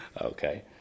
Okay